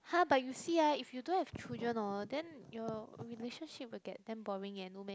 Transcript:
!huh! but you see ah if you don't have children hor then your relationship will get damn boring eh no meh